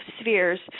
spheres